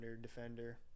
defender